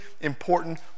important